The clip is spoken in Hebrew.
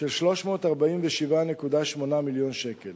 של 347.8 מיליון שקל.